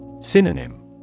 Synonym